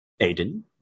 Aiden